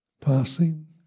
passing